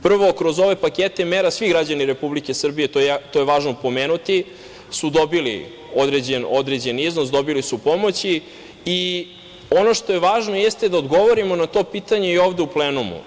Prvo, kroz ove pakete mera svi građani Republike Srbije, to je važno pomenuti, su dobili određen iznos, dobili su pomoć i ono što je važno jeste da odgovorimo na to pitanje i ovde u plenumu.